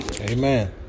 Amen